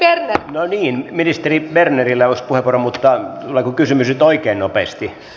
no niin ministeri bernerillä olisi puheenvuoro mutta tuleeko kysymys nyt oikein nopeasti